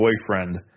boyfriend